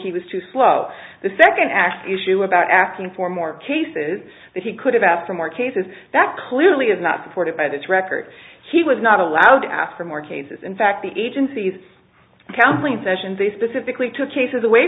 he was too slow the second act issue about asking for more cases that he could have asked for more cases that clearly is not supported by this record he was not allowed to ask for more cases in fact the agency's counseling sessions they specifically took cases away